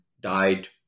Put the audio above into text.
died